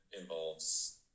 involves